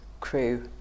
crew